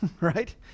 right